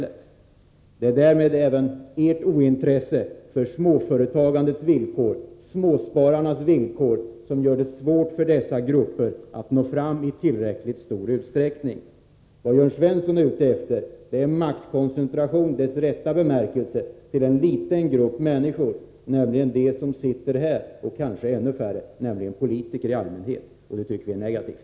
Ert ointresse för småföretagandets och småspararnas villkor gör det svårt för dessa grupper att komma fram i tillräckligt stor utsträckning. Vad Jörn Svensson är ute efter är maktkoncentration i dessa rätta bemärkelse till en liten grupp människor, nämligen de som sitter här eller till politiker i allmänhet, och det tycker vi är negativt.